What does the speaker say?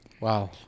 Wow